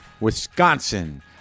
Wisconsin